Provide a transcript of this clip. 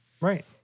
Right